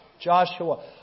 Joshua